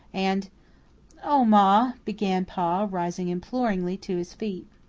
and oh, ma, began pa, rising imploringly to his feet.